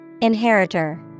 Inheritor